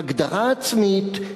הגדרה עצמית,